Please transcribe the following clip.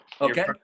Okay